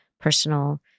personal